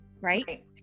right